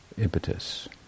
Impetus